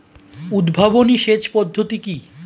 উদ্ভাবনী সেচ পদ্ধতি কি?